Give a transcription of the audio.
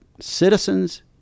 citizens